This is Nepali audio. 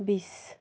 बिस